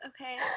okay